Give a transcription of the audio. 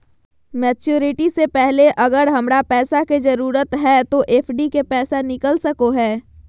Maturity से पहले अगर हमरा पैसा के जरूरत है तो एफडी के पैसा निकल सको है?